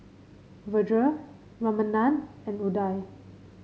Vedre Ramanand and Udai